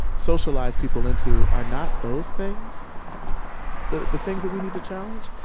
socialize people into are not those things the the things that we need to challenge?